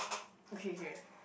okay K